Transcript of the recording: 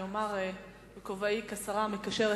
בכובעי כשרה המקשרת,